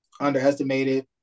underestimated